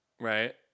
right